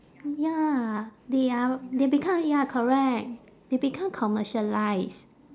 ya they are they become ya correct they become commercialised